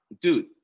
Dude